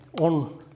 on